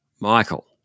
Michael